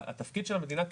התפקיד של המדינה,